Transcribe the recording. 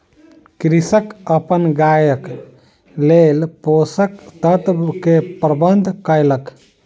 कृषक अपन गायक लेल पोषक तत्व के प्रबंध कयलक